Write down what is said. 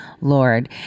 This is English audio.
Lord